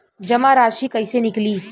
जमा राशि कइसे निकली?